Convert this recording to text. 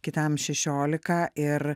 kitam šešiolika ir